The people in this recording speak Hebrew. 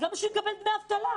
אז למה שהוא יקבל דמי אבטלה?